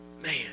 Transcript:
man